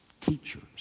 teachers